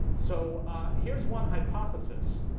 so here's one hypothesis.